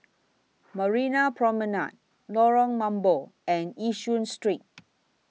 Marina Promenade Lorong Mambong and Yishun Street